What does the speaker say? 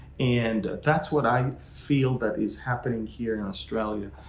and that's what i feel that is happening here in australia.